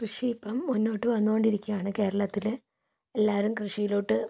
കൃഷി ഇപ്പം മുന്നോട്ട് വന്നു കൊണ്ടിയിരിക്കുകയാണ് കേരളത്തിൽ എല്ലാവരും കൃഷിയിലോട്ട്